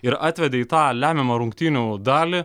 ir atvedė į tą lemiamą rungtynių dalį